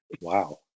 Wow